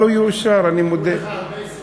לא נתאמץ בהרמת ידיים,